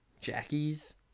Jackie's